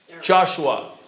Joshua